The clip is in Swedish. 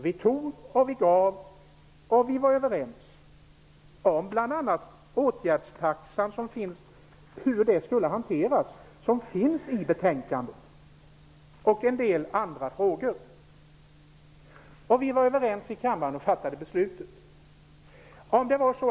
Vi tog och vi gav, och vi var överens om hur åtgärdstaxan skulle hanteras och om en del andra frågor. Vi var överens i kammaren, och beslut fattades.